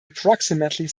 approximately